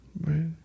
Right